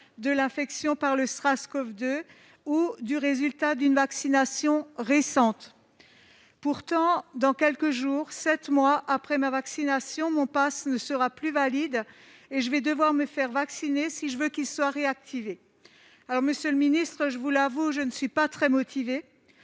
de l'infection par le SARS-CoV-2 ou du résultat d'une vaccination récente ». Pourtant, dans quelques jours, sept mois après ma vaccination, mon passe ne sera plus valide et je vais devoir me faire vacciner à nouveau si je veux qu'il soit réactivé. Monsieur le ministre, je vous l'avoue, je ne suis pas très motivée